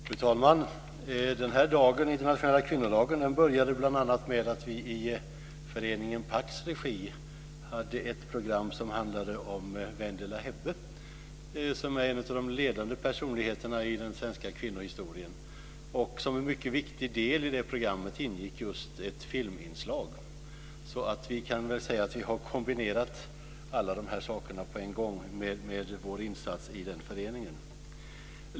Fru talman! Den här dagen, internationella kvinnodagen, inleddes bl.a. med att vi i föreningen Pax regi genomförde ett program som handlade om Wendela Hebbe, en av de ledande personligheterna i den svenska kvinnohistorien. Som en mycket viktig del i det programmet ingick ett filminslag. Vi kan med denna insats i föreningen sägas ha kombinerat flera aktuella saker på en gång.